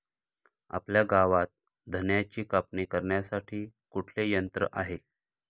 आपल्या गावात धन्याची कापणी करण्यासाठी कुठले यंत्र आहे?